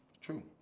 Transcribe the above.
True